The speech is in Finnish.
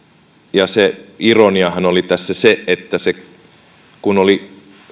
ja se ironiahan oli tässä se että kun oli